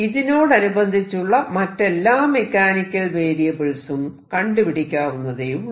ഇതിനോടനുബന്ധിച്ചുള്ള മറ്റെല്ലാ മെക്കാനിക്കൽ വേരിയബിൾസും കണ്ടുപിടിക്കാവുന്നതേയുള്ളൂ